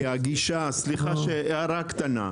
סליחה, הערה קטנה,